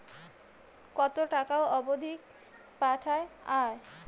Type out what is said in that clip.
কতো টাকা অবধি পাঠা য়ায়?